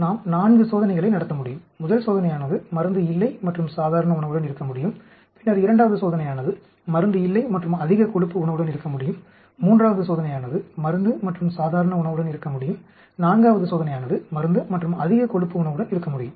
நாம் 4 சோதனைகளை நடத்த முடியும் முதல் சோதனையானது மருந்து இல்லை மற்றும் சாதாரண உணவுடன் இருக்க முடியும் பின்னர் இரண்டாவது சோதனையானது மருந்து இல்லை மற்றும் அதிக கொழுப்பு உணவுடன் இருக்க முடியும் மூன்றாவது சோதனையானது மருந்து மற்றும் சாதாரண உணவுடன் இருக்க முடியும் நான்காவது சோதனையானது மருந்து மற்றும் அதிக கொழுப்பு உணவுடன் இருக்க முடியும்